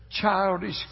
Childish